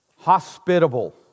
Hospitable